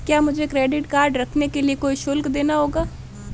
क्या मुझे credit card रखने के लिए कोई शुल्क देना होगा?